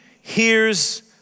hears